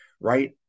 right